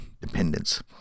dependence